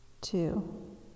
Two